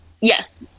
Yes